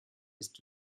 ist